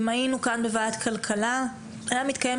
אם היינו יושבים בוועדת הכלכלה היה מתקיים